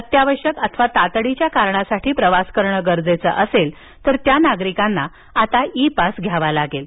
अत्यावश्यकअथवा तातडीच्या कारणासाठी प्रवास करण गरजेचं असेल तर त्या नागरिकांना इ पासघ्यावा लागेल